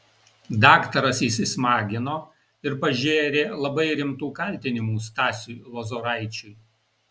daktaras įsismagino ir pažėrė labai rimtų kaltinimų stasiui lozoraičiui